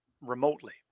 remotely